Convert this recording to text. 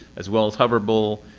as well as hoverable.